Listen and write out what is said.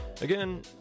Again